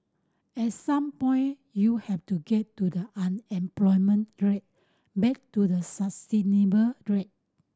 at some point you have to get to the unemployment rate back to the sustainable rate